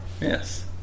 Yes